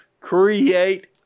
create